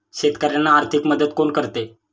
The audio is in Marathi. शेतकऱ्यांना आर्थिक मदत कोण करते?